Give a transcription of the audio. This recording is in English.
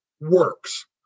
works